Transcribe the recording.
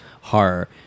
horror